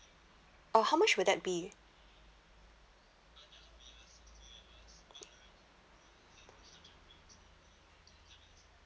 uh how much would that be